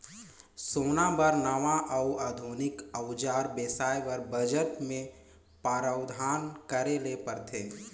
सेना बर नावां अउ आधुनिक अउजार बेसाए बर बजट मे प्रावधान करे ले परथे